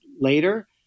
later